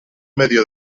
medio